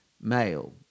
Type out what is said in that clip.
male